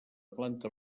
planta